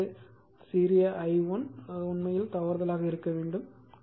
இங்கே அது சிறிய i1 உண்மையில் அது தவறுதலாக இருக்க வேண்டும்